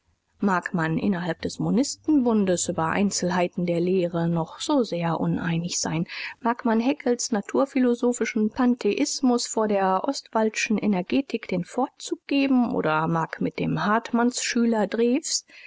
mag man innerhalb des mb über einzelheiten der lehre noch so sehr uneinig sein mag man haeckels naturphilosoph pantheismus vor der ostwaldschen energetik den vorzug geben oder mag mit dem hartmannschüler drews